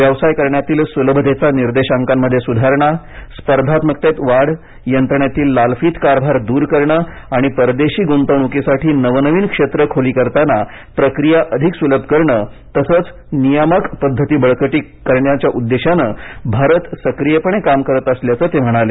व्यवसाय करण्यातील सुलभतेचा निर्देशांकांमध्ये सुधारणा स्पर्धात्मकतेत वाढ यंत्रणेतील लालफित कारभार दूर करणे आणि परदेशी गुंतवणूकीसाठी नवनवीन क्षेत्रं खुली करताना प्रक्रिया अधिक सुलभ करणं तसंच नियामक पद्धती बळकट करण्याच्या दिशेने भारत सक्रियपणे काम करत असल्याचं ते म्हणाले